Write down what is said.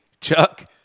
Chuck